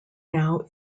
now